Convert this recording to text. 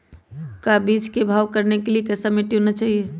का बीज को भाव करने के लिए कैसा मिट्टी होना चाहिए?